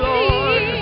Lord